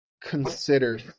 consider